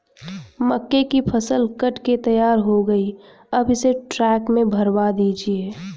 मक्के की फसल कट के तैयार हो गई है अब इसे ट्रक में भरवा दीजिए